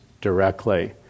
directly